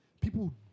people